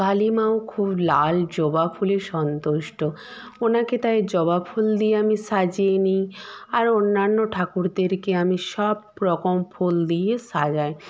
কালী মাও খুব লাল জবা ফুলে সন্তুষ্ট ওনাকে তাই জবা ফুল দিয়ে আমি সাজিয়ে নিই আর অন্যান্য ঠাকুরদেরকে আমি সবরকম ফুল দিয়ে সাজাই